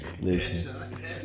listen